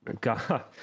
God